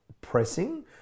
pressing